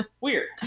Weird